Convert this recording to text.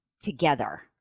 together